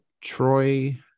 Troy